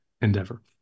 endeavor